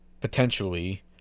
potentially